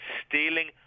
stealing